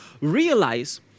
realize